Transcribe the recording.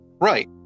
Right